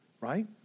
right